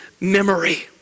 memory